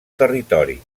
territori